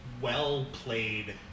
well-played